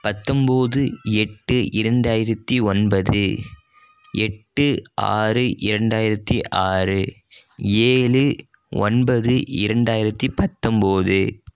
பத்தொம்பது எட்டு இரண்டாயிரத்து ஒன்பது எட்டு ஆறு இரண்டாயிரத்து ஆறு ஏழு ஒன்பது இரண்டாயிரத்து பத்தொம்பது